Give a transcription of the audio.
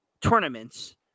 tournaments